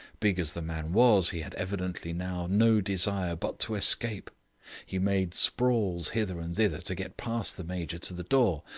big as the man was, he had evidently now no desire but to escape he made sprawls hither and thither to get past the major to the door,